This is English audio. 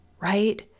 right